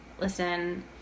listen